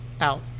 out